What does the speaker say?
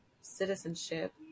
citizenship